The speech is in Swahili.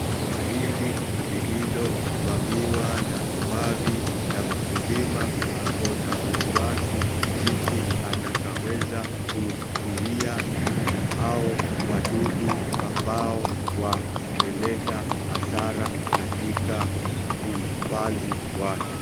Shamba hili lililovamiwa na viwavi na mkulima ako na wasiwasi jinsi atakaweza kuzuia hao wadudu ambao wameleta hasara katika upanzi wake.